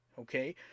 okay